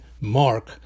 mark